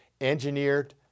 Engineered